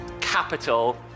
capital